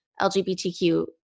lgbtq